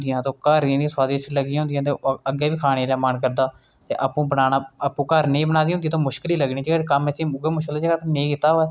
धर्म दी स्थापना आस्तै जेह्ड़ा युद्ध होया हा अगर अपनी आत्मरक्षा आस्तै इसी इस्तेमाल कीता जा ते